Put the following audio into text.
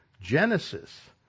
Genesis